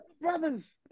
Brothers